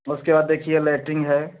और उसके बाद देखिए लैट्रिन है